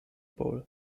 bowl